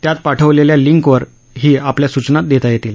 त्यात पाठवलेल्या लिंकवरही आपल्या सूचना देता येतील